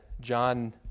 John